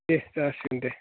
दे जासिगोन दे